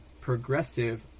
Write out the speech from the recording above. progressive